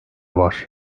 var